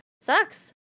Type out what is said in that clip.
sucks